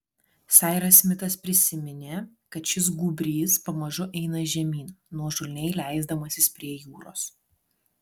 sairas smitas prisiminė kad šis gūbrys pamažu eina žemyn nuožulniai leisdamasis prie jūros